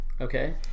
Okay